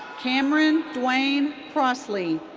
cameron dwayne crossley.